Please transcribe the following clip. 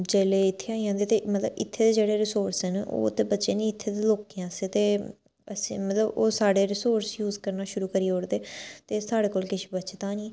जेल्लै इत्थे आई जंदे ते मतलब इत्थें दे जेह्डे रिसोर्स न ओह् ते बचे नी इत्थें दे लोकें आस्तै ते असें मतलब ओह् साढ़े रिसोर्स यूज़ करना शुरू करी ओड़दे ते साढ़े कोल किश बचदा नी